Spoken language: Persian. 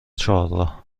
چهارراه